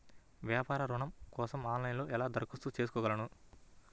వ్యాపార ఋణం కోసం ఆన్లైన్లో ఎలా దరఖాస్తు చేసుకోగలను?